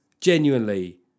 Genuinely